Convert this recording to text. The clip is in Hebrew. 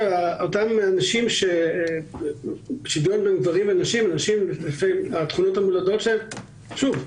הערך --- שוויון בין גברים לנשים --- שוב,